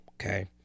okay